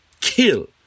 kill